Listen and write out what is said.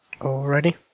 Already